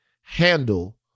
handle